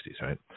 right